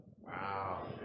Wow